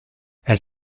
elle